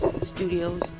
studios